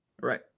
Right